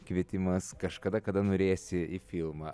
kvietimas kažkada kada norėsi į filmą